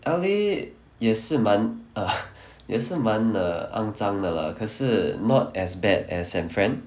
L_A 也是蛮 err 也是蛮 err 肮脏的 lah 可是 not as bad as san fran